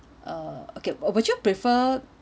uh okay would you prefer